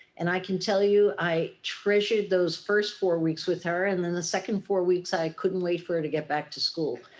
and i can tell you i treasured those first four weeks with her. and then the second four weeks i couldn't wait for her to get back to school.